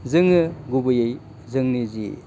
जोङो गुबैयै जोंनि जि